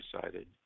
decided